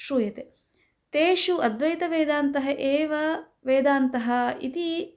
श्रूयते तेषु अद्वैतवेदान्तः एव वेदान्तः इति